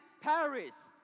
Paris